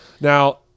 Now